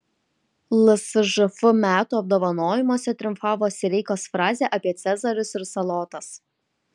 lsžf metų apdovanojimuose triumfavo sireikos frazė apie cezarius ir salotas